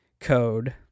code